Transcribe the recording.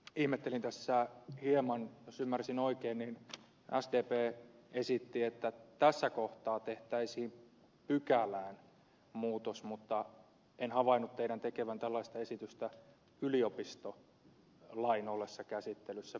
ihmettelin tässä hieman jos ymmärsin oikein että sdp esitti että tässä kohtaa tehtäisiin pykälään muutos mutta en havainnut teidän tekevän tällaista esitystä yliopistolain ollessa käsittelyssä